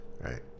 Right